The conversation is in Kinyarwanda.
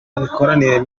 imikoranire